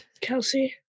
Kelsey